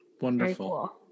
Wonderful